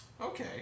Okay